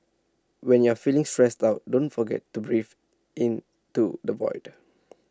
when you are feeling stressed out don't forget to breathe into the void